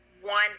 one